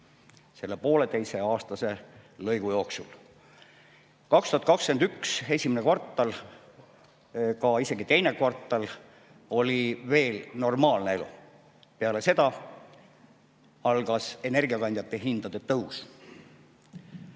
selle pooleteiseaastase lõigu jooksul. 2021 esimeses kvartalis, isegi teises kvartalis oli veel normaalne elu. Peale seda algas energiakandjate hindade tõus.